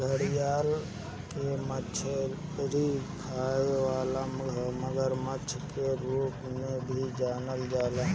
घड़ियाल के मछरी खाए वाला मगरमच्छ के रूप में भी जानल जाला